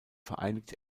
vereinigt